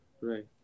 Right